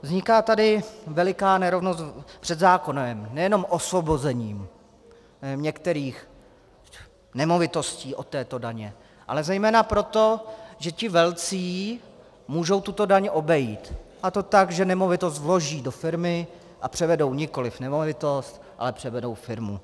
Vzniká tady veliká nerovnost před zákonem nejenom osvobozením některých nemovitostí od této daně, ale zejména proto, že ti velcí můžou tuto daň obejít, a to tak, že nemovitost vloží do firmy a převedou nikoli nemovitost, ale převedou firmu.